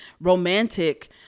romantic